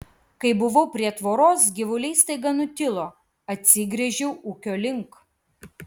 kai buvau prie tvoros gyvuliai staiga nutilo atsigręžiau ūkio link